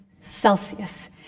Celsius